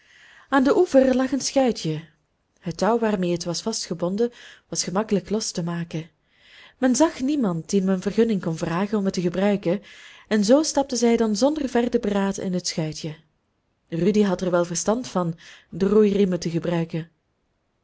aan den oever lag een schuitje het touw waarmee het was vastgebonden was gemakkelijk los te maken men zag niemand dien men vergunning kon vragen om het te gebruiken en zoo stapten zij dan zonder verder beraad in het schuitje rudy had er wel verstand van de roeiriemen te gebruiken